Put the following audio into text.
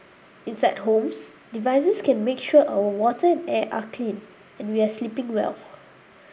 inside homes devices can make sure our water and air are clean and we are sleeping well